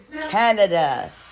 Canada